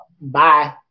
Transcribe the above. bye